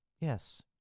Yes